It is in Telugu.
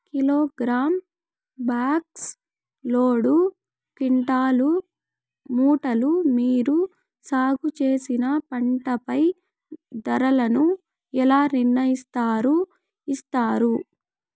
కిలోగ్రామ్, బాక్స్, లోడు, క్వింటాలు, మూటలు మీరు సాగు చేసిన పంటపై ధరలను ఎలా నిర్ణయిస్తారు యిస్తారు?